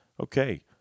Okay